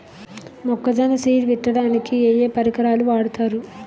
మొక్కజొన్న సీడ్ విత్తడానికి ఏ ఏ పరికరాలు వాడతారు?